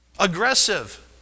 aggressive